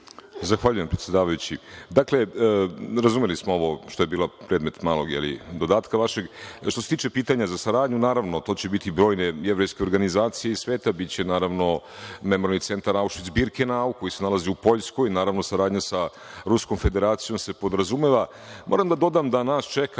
Zahvaljujem, predsedavajući. Razumeli smo ovo što je bio predmet vašeg dodatka. Što se tiče pitanja za saradnju, naravno, to će biti brojne jevrejske organizacije iz sveta. Biće, naravno, Memorijalni centar Aušvic-Birkenau koji se nalazi u Poljskoj. Naravno, saradnja sa Ruskom Federacijom se podrazumeva. Moram da dodam da nas čeka